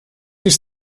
ist